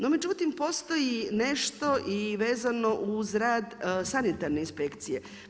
No međutim, postoji nešto i vezano uz rad Sanitarne inspekcije.